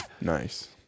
Nice